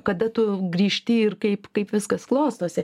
kada tu grįžti ir kaip kaip viskas klostosi